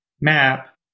map